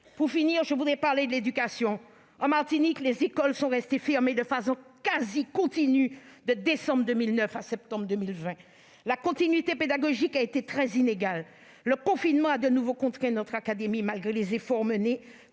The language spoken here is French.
Pour finir, je voudrais parler d'éducation. En Martinique, les écoles sont restées fermées de façon quasiment continue de décembre 2019 à septembre 2020, et la continuité pédagogique a été très inégale. Le confinement a de nouveau contraint notre académie, comme celles d'autres